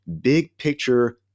big-picture